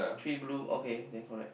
three blue okay then correct